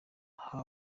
aha